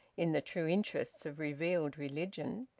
in the true interests of revealed religion.